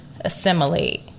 assimilate